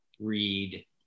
read